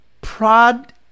Prod